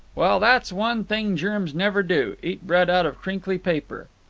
well, that's one thing germs never do, eat bread out of crinkly paper.